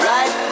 Right